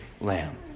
lamb